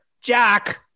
Jack